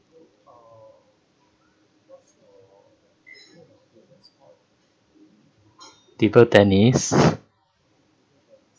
table tennis